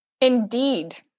Indeed